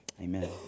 amen